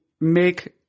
make